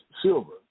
silver